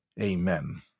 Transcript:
Amen